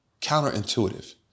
Counterintuitive